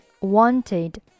wanted